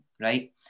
right